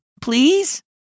please